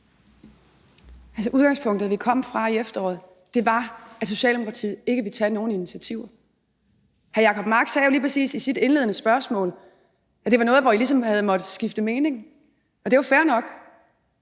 Altså, udgangspunktet, vi kom fra i efteråret, var, at Socialdemokratiet ikke ville tage nogen initiativer. Hr. Jacob Mark sagde jo lige præcis i sit indledende spørgsmål, at det var et sted, hvor I ligesom havde måtte skifte mening – og det er jo fair nok.